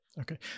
Okay